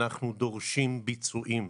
אנחנו דורשים ביצועים.